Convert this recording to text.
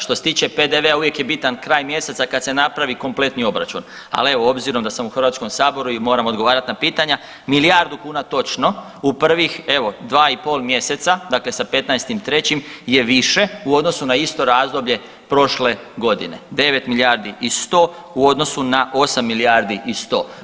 Što se tiče PDV-a uvijek je bitan kraj mjeseca kad se napravi kompletni obračun, ali evo obzirom da sam u HS-u i moram odgovarat na pitanja, milijardu kuna točno u prvih evo 2,5 mjeseca dakle sa 15.3. je više u odnosu na isto razdoblje prošle godine, 9 milijardi i 100 u odnosu na 8 milijardi i 100.